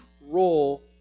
role